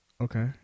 Okay